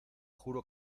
juro